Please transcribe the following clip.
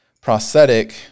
prosthetic